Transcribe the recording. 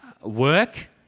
Work